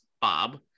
Bob